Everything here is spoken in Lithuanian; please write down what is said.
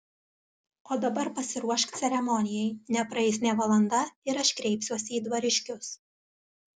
o dabar pasiruošk ceremonijai nepraeis nė valanda ir aš kreipsiuosi į dvariškius